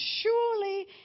surely